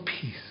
Peace